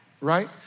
right